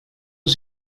was